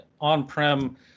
on-prem